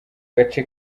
gace